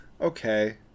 okay